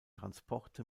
transporte